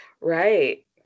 right